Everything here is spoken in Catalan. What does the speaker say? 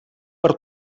per